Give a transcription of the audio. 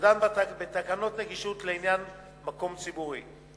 שדן בתקנות נגישות לעניין מקום ציבורי.